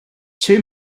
two